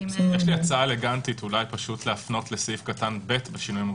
יש לי הצעה אלגנטית אולי להפנות לסעיף קטן (ב) בשינויים המחויבים,